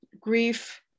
grief